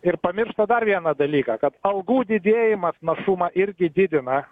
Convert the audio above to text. ir pamiršta dar vieną dalyką kad algų didėjimas našumą irgi didina